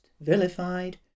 vilified